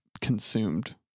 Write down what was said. consumed